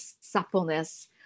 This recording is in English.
suppleness